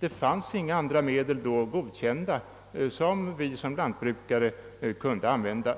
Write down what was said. Det fanns då inga andra godkända medel, vilka vi som lantbrukare kunde använda.